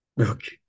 Okay